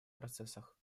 процессах